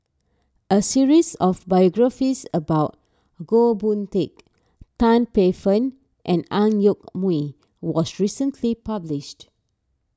a series of biographies about Goh Boon Teck Tan Paey Fern and Ang Yoke Mooi was recently published